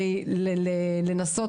לגבי